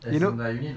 you know